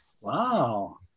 Wow